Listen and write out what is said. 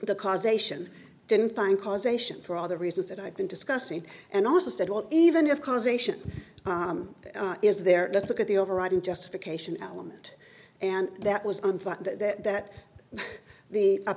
the causation didn't find causation for all the reasons that i've been discussing and also said well even if causation is there let's look at the overriding justification element and that was on fact that the